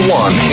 one